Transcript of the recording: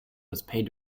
paid